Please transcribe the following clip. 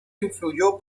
influyó